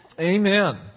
Amen